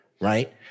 right